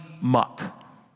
muck